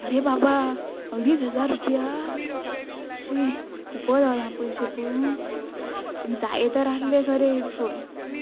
अरे बाबा अडीज हजार रुपया शी खुबच आसा पयशे पूण पूण जाये तर आसलें खरें हेडफोन